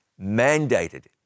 mandated